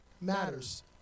matters